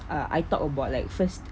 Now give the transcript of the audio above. ah I talk about like first